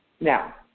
Now